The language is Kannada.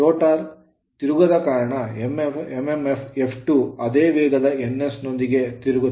ರೋಟರ್ ತಿರುಗದ ಕಾರಣ mmf F 2 ಅದೇ ವೇಗದ ns ನೊಂದಿಗೆ ತಿರುಗುತ್ತದೆ